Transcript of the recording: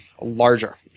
larger